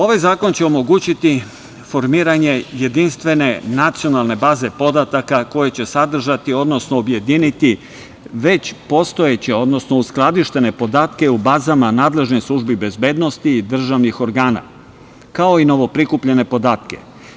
Ovaj zakon će omogućiti formiranje jedinstvene nacionalne baze podataka koje će sadržati, odnosno objediniti već postojeće, odnosno uskladištene podatke u bazama nadležnih službi bezbednosti i državnih organa, kao i novoprikupljene podatke.